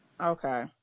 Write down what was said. Okay